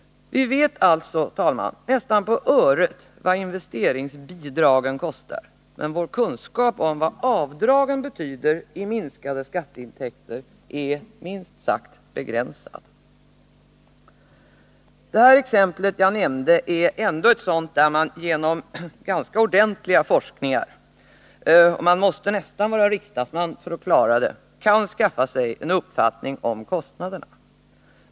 Vi vet alltså, herr talman, nästan på öret vad investeringsbidragen kostar, men vår kunskap om vad avdragen betyder i minskade skatteintäkter är minst sagt begränsad. Det exempel jag nämnde är ändå ett sådant, där man genom ganska ordentliga forskningar — man måste nästan vara riksdagsman för att klara det —- kan skaffa sig en uppfattning om kostnaderna.